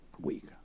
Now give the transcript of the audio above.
week